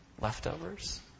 leftovers